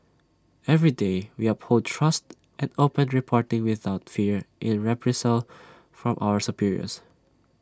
every day we uphold trust and open reporting without fear in reprisal from our superiors